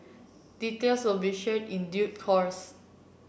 details will be shared in due course